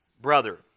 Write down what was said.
brother